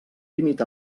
límit